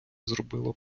зробило